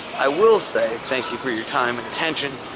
i will say thank you for your time and attention.